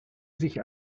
sich